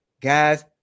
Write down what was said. guys